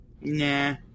Nah